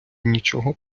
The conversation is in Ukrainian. нічого